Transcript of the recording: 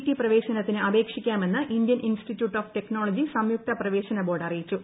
T ക്കാറും പ്രവേശനത്തിന് അപേക്ഷിക്കാമെന്ന് ഇന്ത്യൻ ഇൻസ്റ്റിറ്റ്യൂട്ട് ഓഫ് ടെക്നോളജി സംയുക്ത പ്രവേശനബോർഡ് അറിയിച്ചു